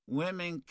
women